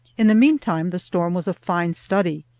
in the mean time the storm was a fine study.